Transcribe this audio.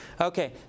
Okay